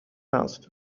asked